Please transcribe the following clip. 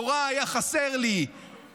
נורא היה חסר לי מתנ"ס,